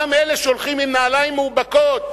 גם אלה שהולכים עם נעליים מאובקות